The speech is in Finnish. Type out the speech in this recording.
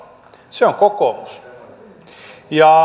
se on kokoomus